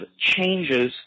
changes